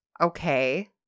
okay